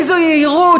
איזו יהירות,